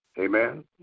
Amen